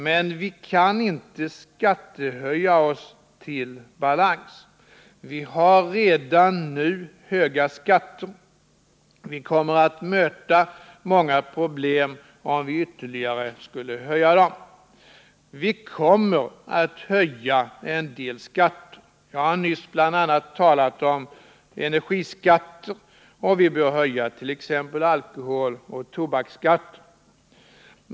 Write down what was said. Men vi kan inte skattehöja oss till balans. Vi har redan nu höga skatter, och vi kommer att möta många problem om vi ytterligare skulle höja dem. Men vi kommer att höja en del skatter. Jag har nyss bl.a. talat om energiskatterna. Vi bör också höja t.ex. alkoholoch tobaksskatterna.